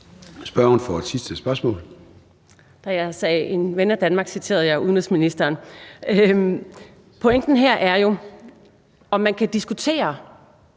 Trine Pertou Mach (EL): Da jeg sagde en ven af Danmark, citerede jeg udenrigsministeren. Pointen her er jo, om man kan diskutere,